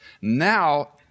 Now